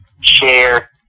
share